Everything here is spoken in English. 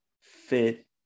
fit